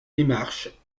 démarches